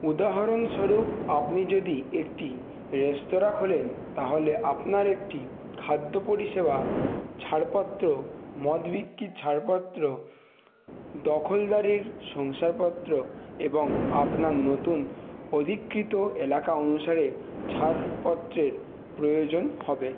উদাহরণস্বরূপ আপনি যদি একটি রেস্তোরাঁ খোলেন তাহলে আপনার একটি খাদ্য পরিষেবা ছাড়পত্র মদ বিক্রির ছাড়পত্র দখলদারির শংসাপত্র এবং আপনার নতুন অধিকৃত এলাকা অনুসারে ছাড়পত্রের প্রয়োজন হবে